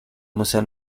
museo